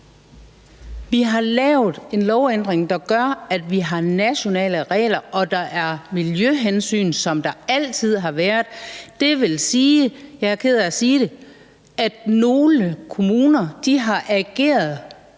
Vi har lavet en lovændring, der gør, at vi har nationale regler, og der er miljøhensyn, som der altid har været. Det vil sige – jeg er ked af at